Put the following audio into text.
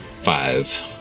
Five